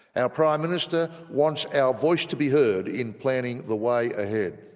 our prime minister wants our voice to be heard in planning the way ahead.